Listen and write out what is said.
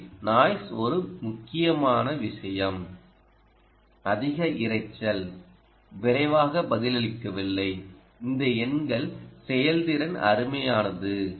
இங்கே நாய்ஸ் ஒரு முக்கியமான விஷயம் அதிக இரைச்சல் விரைவாக பதிலளிக்கவில்லை இந்த எண்கள் செயல்திறன் அருமையானது